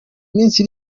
iminsi